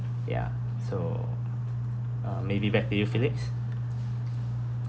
ya so uh maybe back to you felix